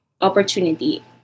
opportunity